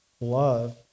Love